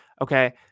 Okay